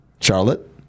Charlotte